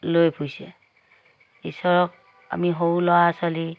লৈ ফুৰিছে ঈশ্বৰক আমি সৰু ল'ৰা ছোৱালী